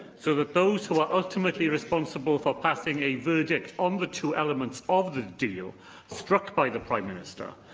so that those who are ultimately responsible for passing a verdict on the two elements of the deal struck by the prime minister,